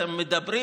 אתם מדברים,